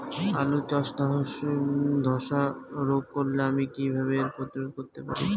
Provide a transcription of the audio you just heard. আলু চাষে ধসা রোগ ধরলে আমি কীভাবে এর প্রতিরোধ করতে পারি?